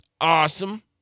awesome